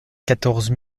quatorze